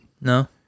No